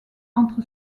entre